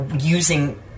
using